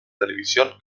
televisión